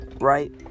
right